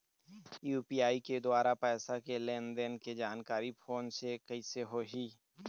UPI के द्वारा पैसा के लेन देन के जानकारी फोन से कइसे होही?